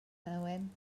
nhywyn